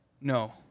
No